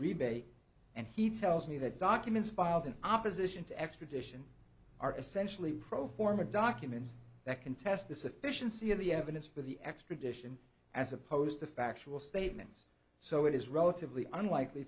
rebate and he tells me that documents filed in opposition to extradition are essentially pro forma documents that can test the sufficiency of the evidence for the extradition as opposed to factual statements so it is relatively unlikely